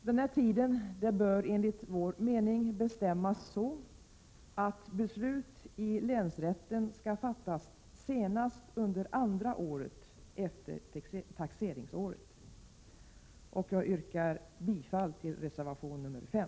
Denna tid bör enligt vår mening bestämmas så att beslut i länsrätten skall fattas senast under andra året efter taxeringsåret. Jag yrkar bifall till reservation nr 5.